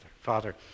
Father